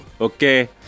Okay